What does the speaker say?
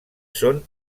són